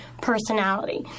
personality